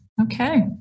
Okay